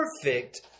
perfect